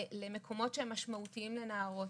למקומות שהם משמעותיים לנערות